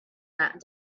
that